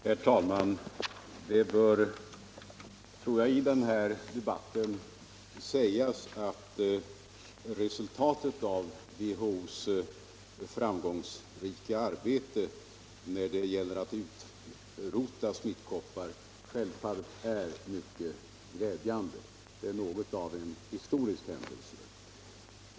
Herr talman! Det bör i den här debatten sägas att resultatet av WHO:s framgångsrika arbete när det gäller att utrota smittkoppor självfallet är mycket glädjande. Det är något av en historisk händelse.